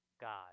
God